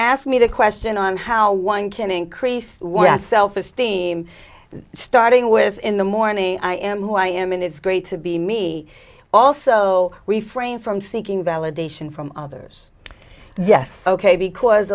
ask me the question on how one can increase what self esteem starting with in the morning i am who i am and it's great to be me also refrain from seeking validation from others yes ok because